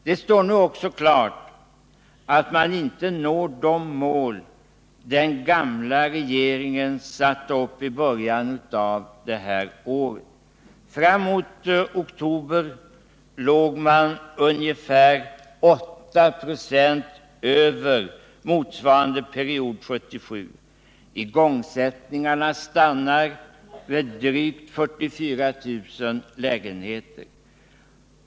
Det står nu också klart att man inte når de mål den förra regeringen satte upp i början av det här året. Fram t.o.m. oktober låg man ungefär 8 26 över motsvarande period 1977; igångsättningarna stannar vid drygt 44 000 lägenheter.